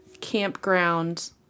campground